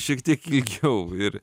šiek tiek ilgiau ir